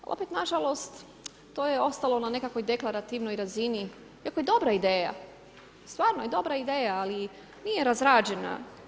Opet nažalost, to je ostalo na nekakvoj deklarativnoj razini iako dobro ideja, stvarno je dobra ideja, ali nije razrađena.